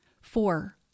Four